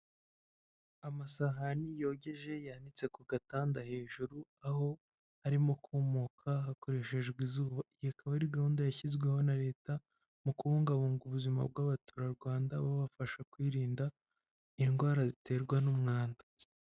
Amasahani yogeje yanitse ku gatanda hejuru aho arimo kumuka hakoreshejwe izuba. Iyi ikaba ari gahunda yashyizweho na leta mu kubungabunga ubuzima bw'abaturarwanda babafasha kwirinda indwara ziterwa n'umwanda.